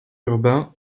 urbain